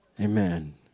Amen